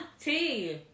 Tea